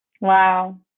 wow